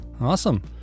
awesome